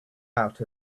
out